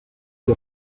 qui